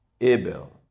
Abel